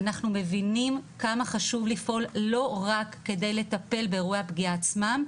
אנחנו מבינים כמה חשוב לפעול לא רק כדי לטפל באירועי הפגיעה עצמם,